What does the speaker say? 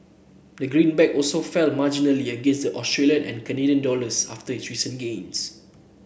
the green back also fell marginally against the Australian and Canadian dollars after its recent gains